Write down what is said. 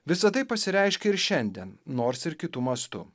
visa tai pasireiškė ir šiandien nors ir kitu mastu